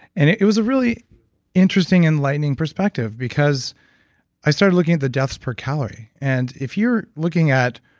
and it it was a really interesting enlightening perspective, because i started looking at the deaths per calorie, and if you're looking at,